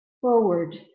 forward